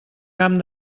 camp